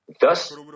Thus